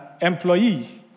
employee